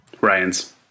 Ryan's